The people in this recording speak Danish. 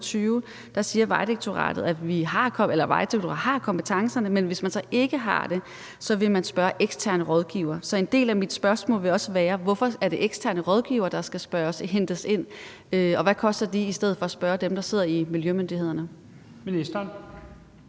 siger, at Vejdirektoratet har kompetencerne, men hvis man så ikke har det, vil man spørge eksterne rådgivere. Så en del af mit spørgsmål vil også være: Hvorfor er det eksterne rådgivere, der skal hentes ind, og hvad koster de i stedet for spørge dem, der sidder i miljømyndighederne?